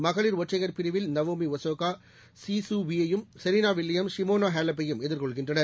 மகளிர் ஒற்றையர் பிரிவில் Naomi Osaka Hsieh Su Wei யையும் செரினா வில்லியம்ஸ் ஷிமோனா ஹேலப்பையும் எதிர்கொள்கின்றனர்